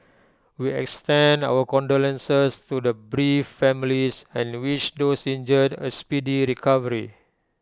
we extend our condolences to the bereaved families and wish those injured A speedy recovery